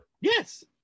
Yes